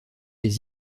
les